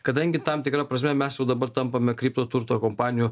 kadangi tam tikra prasme mes jau dabar tampame kripto turto kompanijų